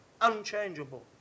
unchangeable